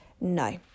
No